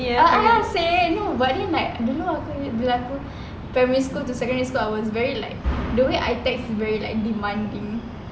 a'ah seh no but then dulu aku punya bila aku primary school to secondary school I was very like the way I text very like demanding